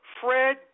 Fred